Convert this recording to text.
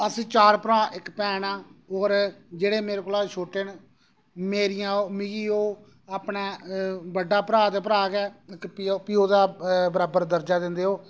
अस चार भ्राऽ इक भैन आं और जेह्ड़े मेरे कोला छोटे न मेरियां ओह् मिगी ओह् अपने बड्डा भ्राऽ गै भ्राऽ इक प्यो दे बराबर दर्जा दिंदे ओह्